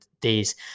days